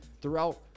throughout